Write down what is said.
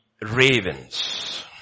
ravens